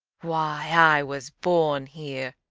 why, i was born here,